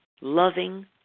loving